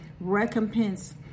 Recompense